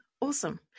awesome